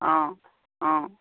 অঁ অঁ